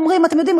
אתם יודעים,